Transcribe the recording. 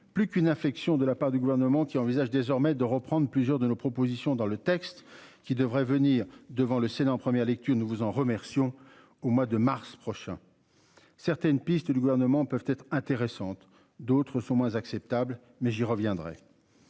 plus qu'une infection de la part du gouvernement qui envisage désormais de reprendre plusieurs de nos propositions dans le texte, qui devrait venir devant le Sénat en première lecture, nous vous en remercions. Au mois de mars prochain. Certaines pistes du gouvernement peuvent être intéressantes, d'autres sont moins acceptable mais j'y reviendrai.